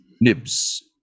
Nibs